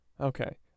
Okay